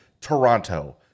Toronto